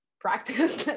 practice